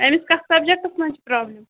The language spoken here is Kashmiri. أمِس کَتھ سَبجَکٹَس منٛز چھِ پرٛابلِم